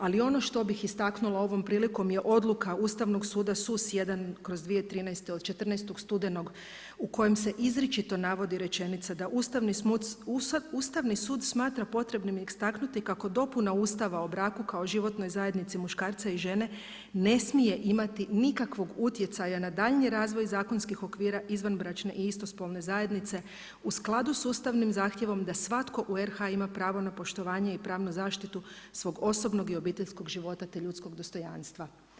Ali ono što bih istaknula ovom prilikom je odluka Ustavnog suda … [[Govornica se ne razumije.]] kroz 2013. od 14. studenog u kojem se izričito navodi rečenica da Ustavni sud smatra potrebnim istaknuti kako dopuna Ustava o braku kao životnoj zajednici muškarca i žene ne smije imati nikakvog utjecaja na daljnji razvoj zakonskih okvira izvanbračne i istospolne zajednice u skladu s ustavnim zahtjevom da svatko u RH ima pravo na poštovanje i pravnu zaštitu svog osobnog i obiteljskog života, te ljudskog dostojanstva.